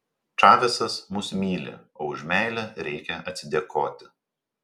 čavesas mus myli o už meilę reikia atsidėkoti